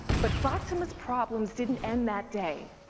but fatima's problems didn't end that day.